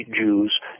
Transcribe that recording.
Jews